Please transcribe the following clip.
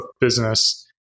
business